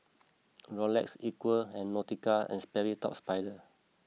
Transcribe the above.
Rolex Equal and Nautica and Sperry Top Sider